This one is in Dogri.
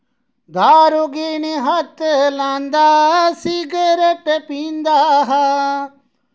दारु गी नि हत्थ लांदा सिगरट पींदा हा